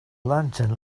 lantern